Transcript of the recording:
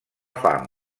fam